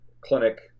clinic